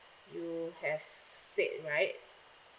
you have said right